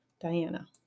Diana